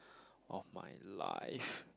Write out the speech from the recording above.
of my life